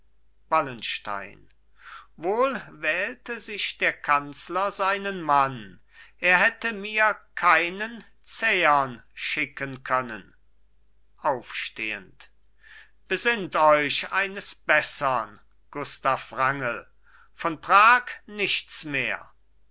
wallenstein wohl wählte sich der kanzler seinen mann er hätt mir keinen zähern schicken können aufstehend besinnt euch eines bessern gustav wrangel von prag nichts mehr